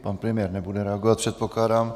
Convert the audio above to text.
Pan premiér nebude reagovat, předpokládám.